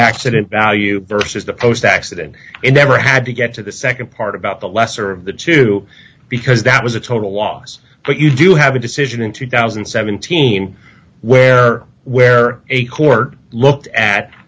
accident value versus the post accident in never had to get to the nd part about the lesser of the two because that was a total loss but you do have a decision in two thousand and seven team where where a court looked at